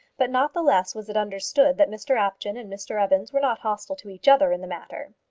but not the less was it understood that mr apjohn and mr evans were not hostile to each other in the matter.